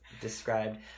described